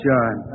John